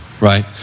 right